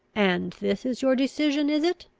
and this is your decision, is it?